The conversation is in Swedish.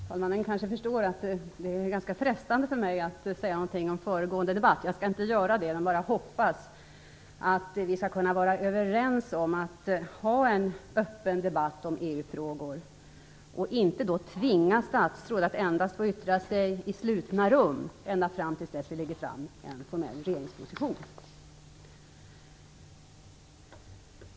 Herr talman! Talmannen kanske förstår att det är ganska frestande för mig att säga någonting om föregående debatt. Jag skall inte göra det. Jag bara hoppas att vi skall kunna vara överens om att ha en öppen debatt om EU-frågor och inte tvinga statsråd att endast få yttra sig i slutna rum ända fram till dess vi lägger fram en formell regeringsposition.